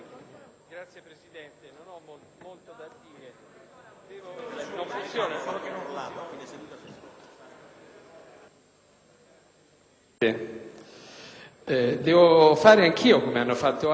svolgere anch'io, come hanno fatto altri, una breve riflessione sulla situazione della Commissione di vigilanza RAI.